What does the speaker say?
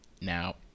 now